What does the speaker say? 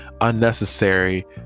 unnecessary